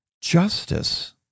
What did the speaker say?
justice